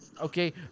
Okay